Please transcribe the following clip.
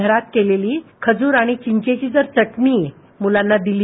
घरात केलेली खजूर आणि चिंचेची जर चटणी जर मुलांना दिली